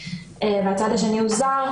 והצד השני הוא זר,